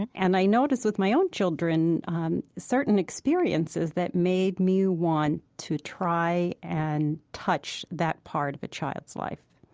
and and i noticed with my own children certain experiences that made me want to try and touch that part of a child's life